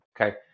Okay